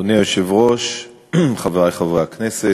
אדוני היושב-ראש, חברי חברי הכנסת,